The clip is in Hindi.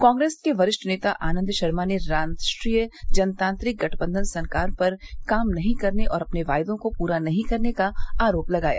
कांग्रेस के वरिष्ठ नेता आनंद शर्मा ने राष्ट्रीय जनतांत्रिक गठबंधन सरकार पर काम नहीं करने और अपने वायदों को पूरा नहीं करने का आरोप लगाया